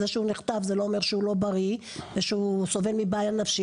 זה שהוא נחטף זה לא אומר שהוא לא בריא ושהוא סובל מבעיה נפשית,